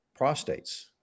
prostates